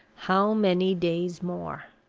how many days more?